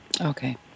Okay